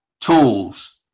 tools